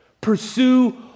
Pursue